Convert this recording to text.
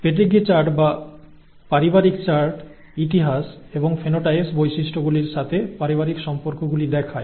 pedigree chart বা পারিবারিক chart ইতিহাস এবং ফেনোটাইপস বৈশিষ্ট্যগুলির সাথে পারিবারিক সম্পর্কগুলি দেখায়